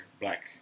black